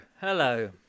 hello